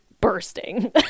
bursting